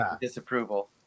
disapproval